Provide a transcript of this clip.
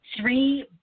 Three